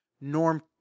Norm